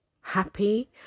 happy